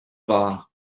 dda